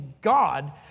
God